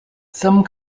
some